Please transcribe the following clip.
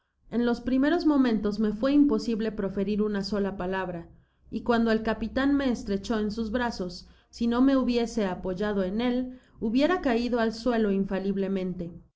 en los primeros momentos me fué imposible proferir una sola palabra y cuando el capitan me estrechó en sus brazos si no me hubiese apoyado en él hubiera caido al suelo infaliblemente